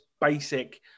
basic